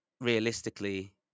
realistically